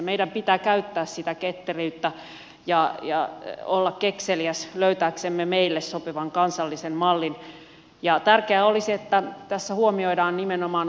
meidän pitää käyttää sitä ketteryyttä ja olla kekseliäitä löytääksemme meille sopivan kansallisen mallin ja tärkeää olisi että tässä huomioidaan nimenomaan asiakasnäkökulma